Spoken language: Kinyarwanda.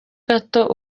gato